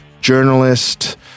journalist